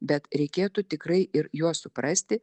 bet reikėtų tikrai ir juos suprasti